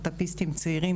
סטרטאפיסטים צעירים,